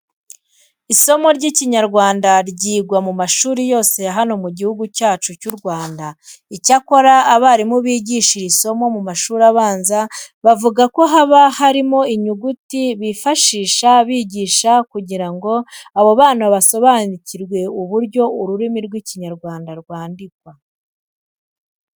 Isomo ry'Ikinyarwanda ryigwa mu mashuri yose ya hano mu Gihugu cyacu cy'u Rwanda. Icyakora, abarimu bigisha iri somo mu mashuri abanza bavuga ko haba harimo inyuguti bifashisha bigisha kugira ngo abo bana basobanukirwe uburyo ururimi rw'Ikinyarwanda rwandikwa.